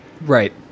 Right